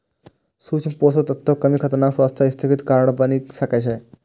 सूक्ष्म पोषक तत्वक कमी खतरनाक स्वास्थ्य स्थितिक कारण बनि सकै छै